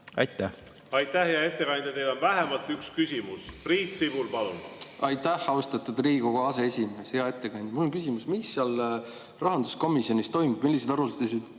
Aitäh, hea ettekandja! Teile on vähemalt üks küsimus. Priit Sibul, palun! Aitäh, austatud Riigikogu aseesimees! Hea ettekandja! Mul on küsimus, et mis seal rahanduskomisjonis toimub, milliseid arutelusid